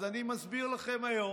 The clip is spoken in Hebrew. אז אני מסביר לכם היום,